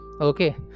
Okay